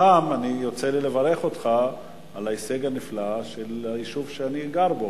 הפעם יוצא לי לברך אותך על ההישג הנפלא של היישוב שאני גר בו,